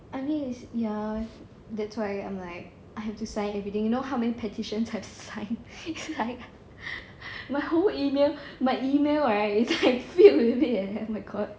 I mean ya that's why I'm like I have to sign everything you know how many petitions I have signed it's like my whole email my email right is like filled with it eh oh my god